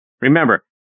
Remember